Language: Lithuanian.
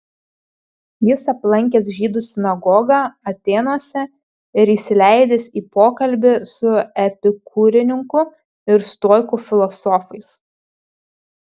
jis aplankęs žydų sinagogą atėnuose ir įsileidęs į pokalbį su epikūrininkų ir stoikų filosofais